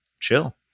chill